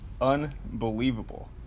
unbelievable